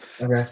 Okay